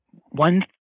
one